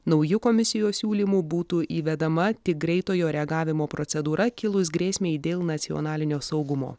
nauju komisijos siūlymu būtų įvedama tik greitojo reagavimo procedūra kilus grėsmei dėl nacionalinio saugumo